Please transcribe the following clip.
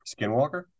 skinwalker